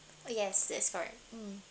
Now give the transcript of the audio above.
yes that's correct mm